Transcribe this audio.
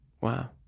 wow